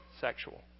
sexual